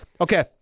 Okay